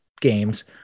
games